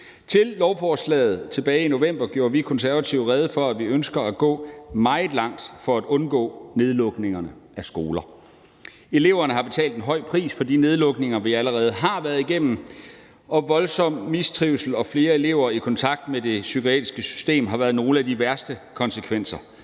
Til lovforslaget tilbage i november gjorde vi Konservative rede for, at vi ønsker at gå meget langt for at undgå nedlukningerne af skoler. Eleverne har betalt en høj pris for de nedlukninger, vi allerede har været igennem, og voldsom mistrivsel og flere elever i kontakt med det psykiatriske system har været nogle af de værste konsekvenser.